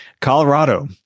Colorado